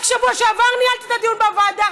רק בשבוע שעבר ניהלתי את הדיון בוועדה,